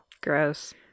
Gross